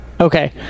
okay